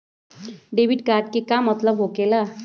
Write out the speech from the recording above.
Debit card के का मतलब होकेला?